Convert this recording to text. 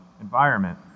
environment